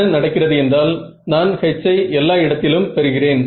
என்ன நட நடக்கிறது என்றால் நான் H ஐ எல்லா இடத்திலும் பெறுகிறேன்